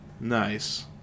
Nice